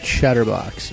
Chatterbox